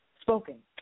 spoken